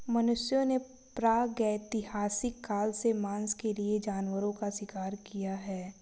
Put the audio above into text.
मनुष्यों ने प्रागैतिहासिक काल से मांस के लिए जानवरों का शिकार किया है